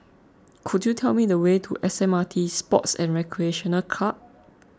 could you tell me the way to S M R T Sports and Recreation Club